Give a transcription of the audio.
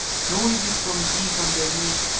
noises from deep underneath,